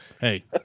Hey